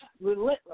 relentless